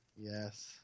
Yes